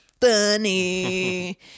funny